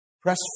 Press